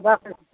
ब